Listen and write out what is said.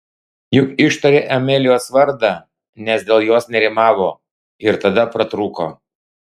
juk ištarė amelijos vardą nes dėl jos nerimavo ir tada pratrūko